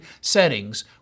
settings